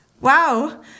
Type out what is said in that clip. Wow